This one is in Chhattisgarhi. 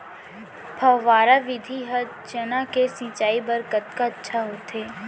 फव्वारा विधि ह चना के सिंचाई बर कतका अच्छा होथे?